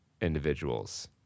individuals